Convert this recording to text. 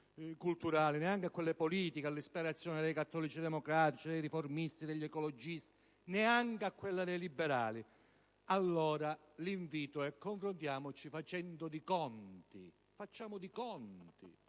culturali ma anche politiche, all'ispirazione dei cattolici democratici, dei riformisti, degli ecologisti e neanche a quella dei liberali. Allora l'invito è di confrontarci facendo alcuni conti